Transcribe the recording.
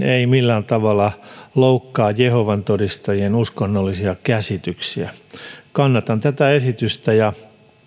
ei millään tavalla loukkaa jehovan todistajien uskonnollisia käsityksiä kannatan tätä esitystä ja